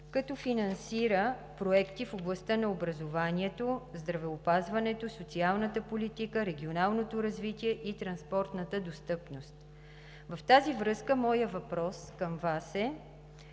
като финансира проекти в областта на образованието, здравеопазването, социалната политика, регионалното развитие и транспортната достъпност. В тази връзка моят въпрос към Вас е: